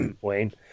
Wayne